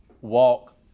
walk